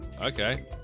Okay